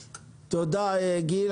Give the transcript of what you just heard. תודה, גיל.